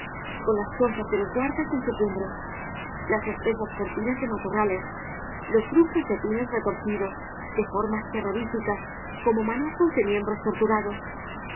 con las chozas de los guardas en su cum bre las espesas cortinas de matorrales los grupos de pinos retorcidos de formas terrorificas como manojos de miembros torturados